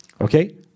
Okay